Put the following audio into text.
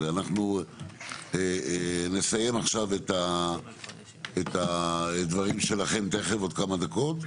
אנחנו נסיים עכשיו את הדברים שלכם תיכף עוד כמה דקות,